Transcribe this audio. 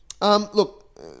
Look